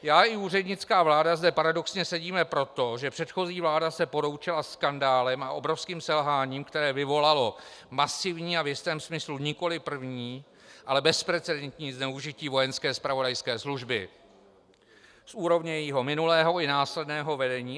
Já i úřednická vláda zde paradoxně sedíme proto, že předchozí vláda se poroučela skandálem a obrovským selháním, které vyvolalo masivní a v jistém smyslu nikoliv první, ale bezprecedentní zneužití vojenské zpravodajské služby z úrovně jejího minulého i následného vedení.